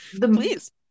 please